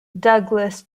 douglas